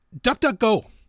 DuckDuckGo